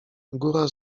góra